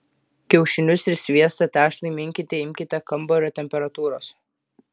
kiaušinius ir sviestą tešlai minkyti imkite kambario temperatūros